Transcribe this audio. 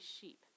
sheep